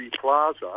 Plaza